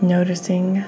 Noticing